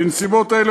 בנסיבות אלה,